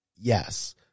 Yes